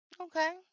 Okay